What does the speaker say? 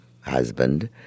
husband